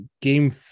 game